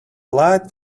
light